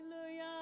Hallelujah